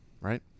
right